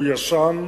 הוא ישן,